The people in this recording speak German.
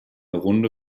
runde